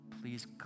Please